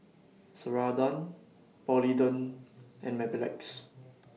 Ceradan Polident and Mepilex